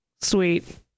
Sweet